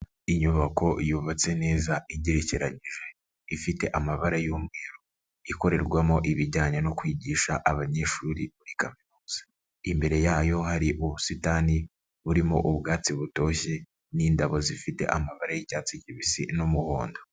Inyubako yubatse neza, igerekeranyije, ifite amabara y'umweru, ikorerwamo ibijyanye no kwigisha abanyeshuri muri kaminuza, imbere yayo hari ubusitani burimo ubwatsi butoshye n'indabo zifite amabara y'icyatsi kibisi n'umuhondo.